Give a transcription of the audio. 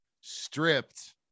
stripped